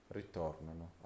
ritornano